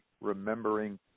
remembering